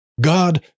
God